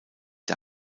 der